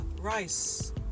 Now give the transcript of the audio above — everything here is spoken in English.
Rice